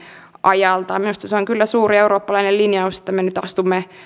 ajan minusta se on kyllä suuri eurooppalainen linjaus että me nyt astumme